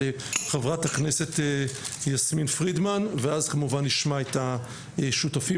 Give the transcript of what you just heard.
חברת הכנסת יסמין פרידמן ואז כמובן נשמע את השותפים.